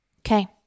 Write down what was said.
Okay